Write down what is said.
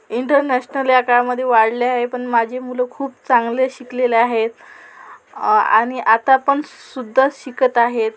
international या काळामध्ये वाढले आहे पण माझे मुले खूप चांगले शिकलेले आहेत आ आणि आता पण सुद्धा शिकत आहेत